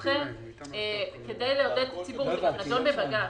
לכן, כדי לעוד את הציבור זה גם נדון בבג"ץ,